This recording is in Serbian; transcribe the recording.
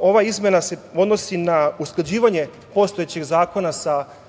ova izmena odnosi na usklađivanje postojećeg zakona sa zakonom